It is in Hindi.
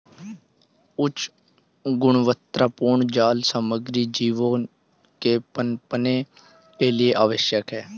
उच्च गुणवत्तापूर्ण जाल सामग्री जीवों के पनपने के लिए आवश्यक है